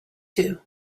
too